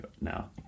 now